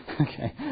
okay